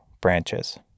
branches